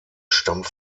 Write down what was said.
stammt